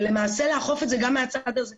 ותראו מה הסנגוריה הציבורית אומרת.